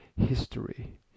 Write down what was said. history